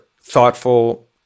thoughtful